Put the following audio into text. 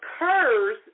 occurs